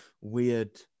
weird